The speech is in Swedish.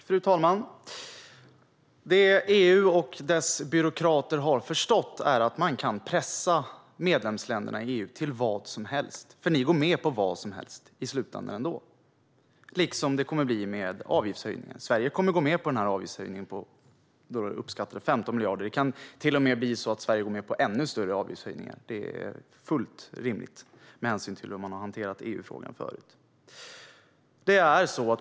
Fru talman! Det EU och dess byråkrater har förstått är att man kan pressa medlemsländerna i EU till vad som helst, för medlemsländerna går med på vad som helst i slutänden. Så kommer det också att bli med avgiftshöjningen. Sverige kommer att gå med på den uppskattade avgiftshöjningen på 15 miljarder, och det kan till och med bli så att Sverige går med på en ännu större avgiftshöjning. Det är fullt rimligt med hänsyn till hur man har hanterat EU-frågan förut.